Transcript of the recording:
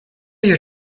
your